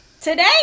Today